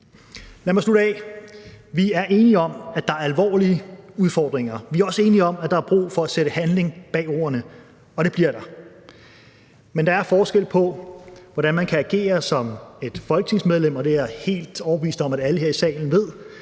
Lad mig slutte af: Vi er enige om, at der er alvorlige udfordringer. Vi er også enige om, at der er brug for at sætte handling bag ordene – og det bliver der. Men der er forskel på, hvordan man kan agere som et folketingsmedlem – og det er jeg helt overbevist om at alle her i salen ved